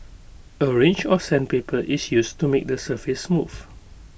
A range of sandpaper is used to make the surface smooth